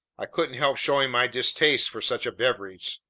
i couldn't help showing my distaste for such a beverage.